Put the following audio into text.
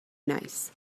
nice